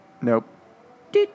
Nope